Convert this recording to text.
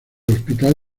hospital